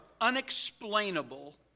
unexplainable